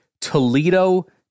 Toledo